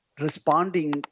responding